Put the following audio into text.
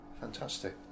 fantastic